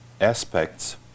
aspects